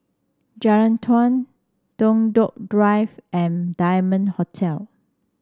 Jalan Naung Toh Tuck Drive and Diamond Hotel